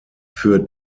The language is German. für